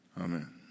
Amen